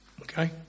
Okay